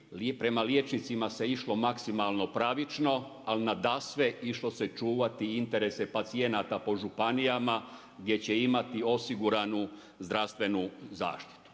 Prema liječnicima se išlo maksimalno pravično, al nadasve išlo se čuvati interese pacijenata po županijama, gdje će imati osiguranu zdravstvenu zaštitu.